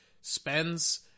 spends